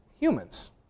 humans